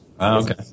okay